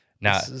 Now